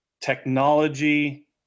technology